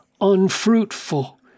unfruitful